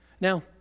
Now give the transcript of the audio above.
Now